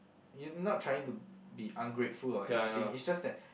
you not trying to be ungrateful or anything it's just that